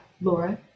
Laura